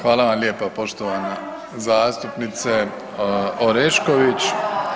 Hvala vam lijepa, poštovana zastupnice Orešković.